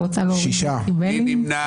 מי נמנע?